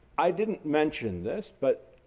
i didn't mention this but,